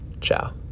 Ciao